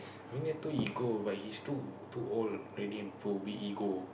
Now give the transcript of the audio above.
don't need too ego but he's too too old already for ego